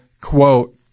quote